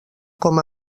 com